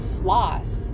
floss